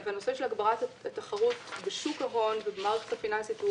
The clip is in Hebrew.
הנושא של הגברת התחרות בשוק ההון ובמערכת הפיננסית הוא